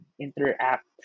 interact